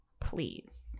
please